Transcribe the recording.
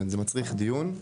זה מצריך דיון.